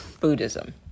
Buddhism